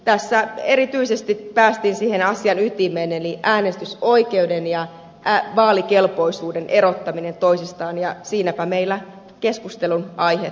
tässä erityisesti päästiin siihen asian ytimeen eli äänestysoikeuden ja vaalikelpoisuuden erottamiseen toisistaan ja siinäpä meillä keskustelunaihetta